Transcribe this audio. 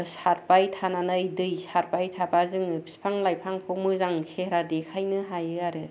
सारबाय थानानै दै सारबाय थाबा जों बिफां लाइफांखौ मोजां सेहेरा देखायनो हायो आरो